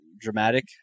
dramatic